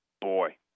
Boy